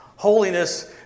Holiness